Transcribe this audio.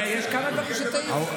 יש כמה דברים שטעיתי.